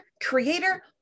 creator